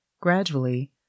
gradually